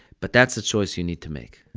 but that's the choice you need to make.